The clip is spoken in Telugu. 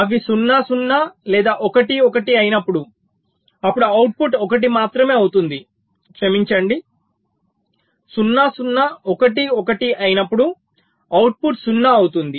అవి 0 0 లేదా 1 1 అయినప్పుడు అప్పుడు అవుట్పుట్ 1 మాత్రమే అవుతుంది క్షమించండి 0 0 1 1 అయినప్పుడు అవుట్పుట్ 0 అవుతుంది